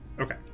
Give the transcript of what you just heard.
Okay